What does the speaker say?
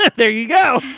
there you go